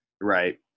Right